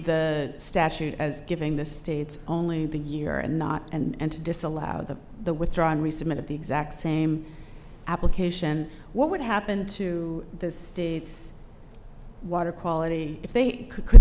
the statute as giving the states only the year and not and to disallow the the withdrawn resubmit of the exact same application what would happen to the states water quality if they could